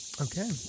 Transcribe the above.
okay